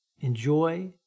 enjoy